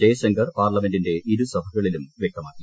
ജയശങ്കർ പാർലമെന്റിന്റെ ഇരുസഭകളിലും വ്യക്തമാക്കി